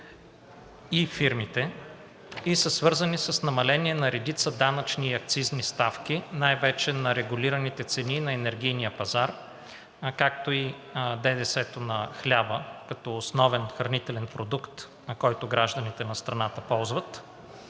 и фирмите и са свързани с намаление на редица данъчни и акцизни ставки, най-вече на регулираните цени на енергийния пазар, както и ДДС-то на хляба като основен хранителен продукт, който гражданите на страната ползват.